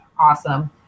awesome